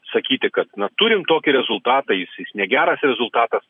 sakyti kad na turim tokį rezultatą jis jis negeras rezultatas